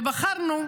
ובחרנו,